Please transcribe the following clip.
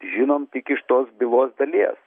žinom tik iš tos bylos dalies